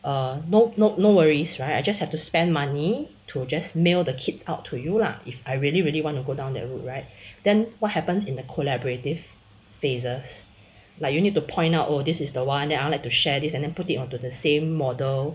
err no no no worries right I just have to spend money to just mail the kids out to you lah if I really really want to go down that route right then what happens in the collaborative phases like you need to point out oh this is the one that I'd like to share this and then put it onto the same model